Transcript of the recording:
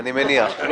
אני מניח.